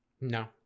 no